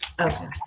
Okay